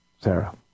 Sarah